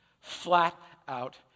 flat-out